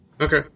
Okay